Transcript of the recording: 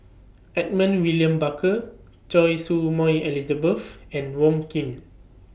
Edmund William Barker Choy Su Moi Elizabeth and Wong Keen